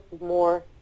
more